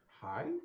hi